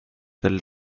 del